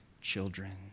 children